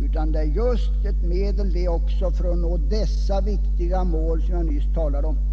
utan också det är just ett medel för att nå de viktiga mål som jag nyss talade om.